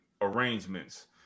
arrangements